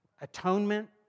atonement